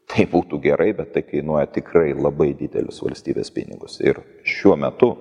tai būtų gerai bet tai kainuoja tikrai labai didelius valstybės pinigus ir šiuo metu